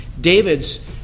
David's